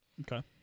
Okay